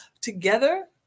together